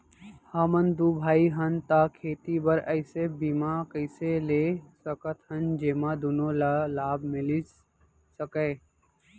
हमन दू भाई हन ता खेती बर ऐसे बीमा कइसे ले सकत हन जेमा दूनो ला लाभ मिलिस सकए?